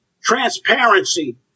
transparency